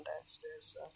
downstairs